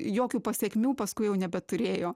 jokių pasekmių paskui jau nebeturėjo